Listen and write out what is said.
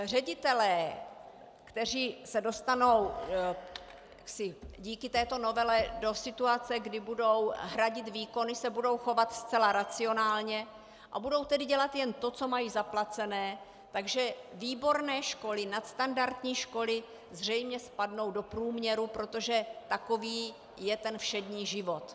Ředitelé, kteří se dostanou díky této novele do situace, kdy budou hradit výkony, se budou chovat zcela racionálně, a budou tedy dělat jen to, co mají zaplacené, takže výborné školy, nadstandardní školy zřejmě spadnou do průměru, protože takový je ten všední život.